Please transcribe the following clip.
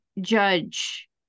judge